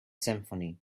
symphony